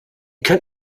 könnt